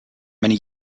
many